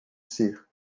ser